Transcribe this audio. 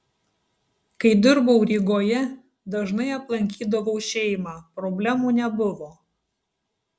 kai dirbau rygoje dažnai aplankydavau šeimą problemų nebuvo